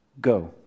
Go